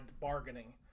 bargaining